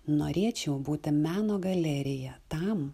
norėčiau būti meno galerija tam